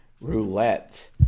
roulette